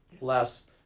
less